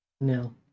No